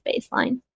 baseline